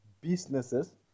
businesses